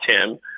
Tim